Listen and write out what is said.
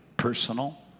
Personal